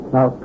Now